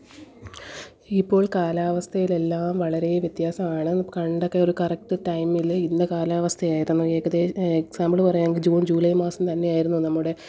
ഇപ്പോൾ കാലാവസ്ഥയിലെല്ലാം വളരെ വ്യത്യാസമാണ് പണ്ടൊക്കെ ഒരു കറക്റ്റ് ടൈമിൽ ഇന്ന് കാലാവസ്ഥയായിരുന്നു എക്സാമ്പിൾ പറയാണെങ്കിൽ ജൂലൈ മാസം തന്നെയായിരുന്നു നമ്മുടെ